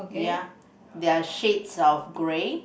ya there are shades of gray